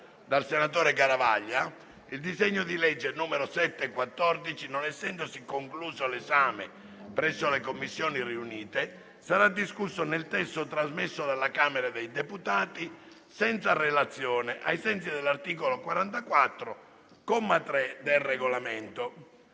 dal senatore Garavaglia, il disegno di legge n. 714, non essendosi concluso l'esame presso le Commissioni riunite, sarà discusso nel testo trasmesso dalla Camera dei deputati senza relazione, ai sensi dell'articolo 44, comma 3 del Regolamento.